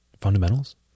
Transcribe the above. fundamentals